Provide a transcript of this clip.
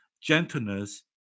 gentleness